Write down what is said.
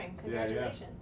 Congratulations